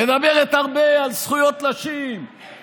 מדברת הרבה על זכויות נשים,